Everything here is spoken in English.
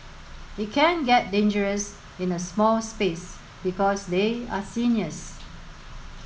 it can get dangerous in a small space because they are seniors